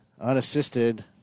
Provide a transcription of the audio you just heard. unassisted